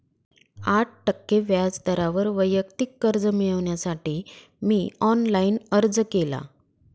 आठ टक्के व्याज दरावर वैयक्तिक कर्ज मिळविण्यासाठी मी ऑनलाइन अर्ज केला